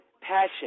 passion